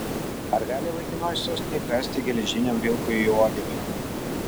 ar gali laikinoji sostinė įkąsti geležiniam vilkui į uodegą